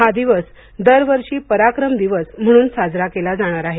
हा दिवस दरवर्षी पराक्रम दिवस म्हणून साजरा केला जाणार आहे